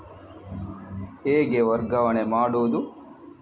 ಹೇಗೆ ವರ್ಗಾವಣೆ ಮಾಡುದು?